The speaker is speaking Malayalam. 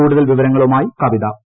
കൂടുതൽ വിവരങ്ങളുമായി കവിത സുനു